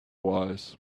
wise